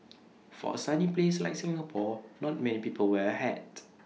for A sunny place like Singapore not many people wear A hat